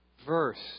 verse